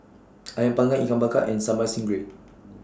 Ayam Panggang Ikan Bakar and Sambal Stingray